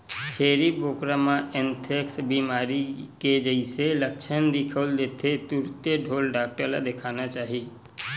छेरी बोकरा म एंथ्रेक्स बेमारी के जइसे लक्छन दिखउल देथे तुरते ढ़ोर डॉक्टर ल देखाना चाही